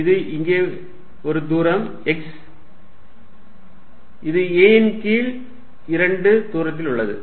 இது இங்கே ஒரு தூரம் x இது a ன் கீழ் 2 தூரத்தில் உள்ளது